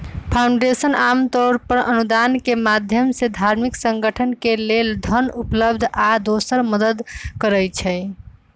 foundation आमतौर पर अनुदान के माधयम से धार्मिक संगठन के लेल धन उपलब्ध आ दोसर मदद करई छई